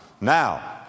Now